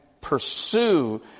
pursue